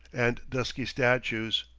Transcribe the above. and dusky statues,